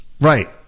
Right